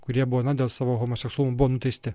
kurie buvo na dėl savo homoseksualumo buvo nuteisti